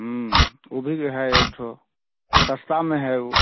वो भी जो है एक ठो सस्ता में है वो